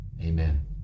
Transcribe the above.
amen